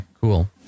cool